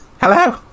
Hello